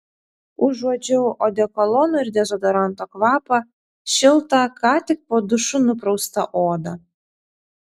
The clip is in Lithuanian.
užuodžiau odekolono ir dezodoranto kvapą šiltą ką tik po dušu nupraustą odą